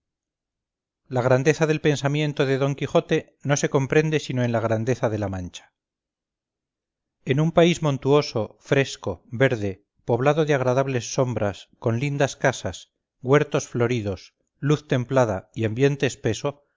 la grandeza del pensamiento de don quijote no se comprende sino en la grandeza de la mancha en un país montuoso fresco verde poblado de agradables sombras con lindas casas huertos floridos luz templada y ambiente espeso